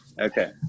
Okay